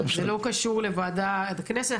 זה לא קשור לוועדת הכנסת.